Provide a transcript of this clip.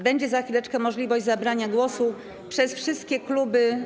Będzie za chwileczkę możliwość zabrania głosu przez wszystkie kluby.